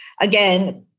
again